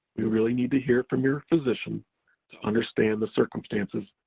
we really need to hear from your physician to understand the circumstances,